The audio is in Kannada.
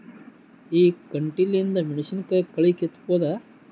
ಈ ಕಂಟಿಲಿಂದ ಮೆಣಸಿನಕಾಯಿ ಕಳಿ ಕಿತ್ತಬೋದ?